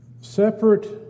separate